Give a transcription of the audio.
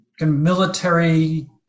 military